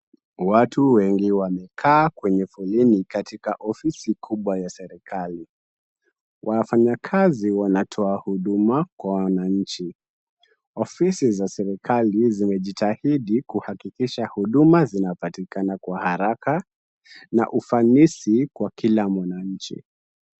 Watu wengi wamekaa kwenye foleni katika ofisi kubwa ya serikali. Wafanyikazi wanatoa huduma kwa wananchi. Ofisi za serikali zimejitahidi kuhakikisha huduma zinapatikana kwa haraka na ufanisi kwa kila mwananchi.